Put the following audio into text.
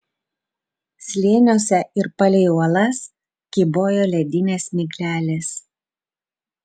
slėniuose ir palei uolas kybojo ledinės miglelės